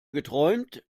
geträumt